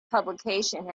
publication